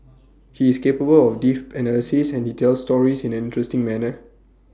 he is capable of deaf analysis and he tells stories in an interesting manner